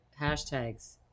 hashtags